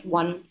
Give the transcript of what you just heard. one